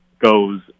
goes